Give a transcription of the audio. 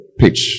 pitch